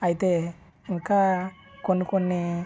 అయితే ఇంకా కొన్ని కొన్ని